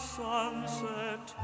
sunset